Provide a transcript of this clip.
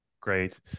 great